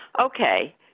okay